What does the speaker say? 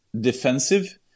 defensive